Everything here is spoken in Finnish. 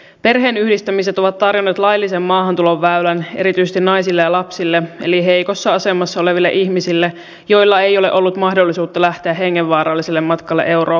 perheenyhdistämiset ovat tarjonneet laillisen maahantulon väylän erityisesti naisille ja lapsille eli heikossa asemassa oleville ihmisille joilla ei ole ollut mahdollisuutta lähteä hengenvaaralliselle matkalle eurooppaan